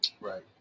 Right